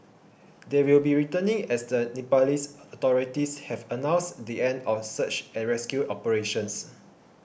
they will be returning as the Nepalese authorities have announced the end of search and rescue operations